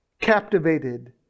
captivated